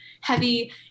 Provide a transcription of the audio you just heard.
heavy